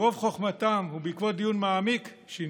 ברוב חוכמתם, ובעקבות דיון מעמיק, שינו.